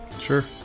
sure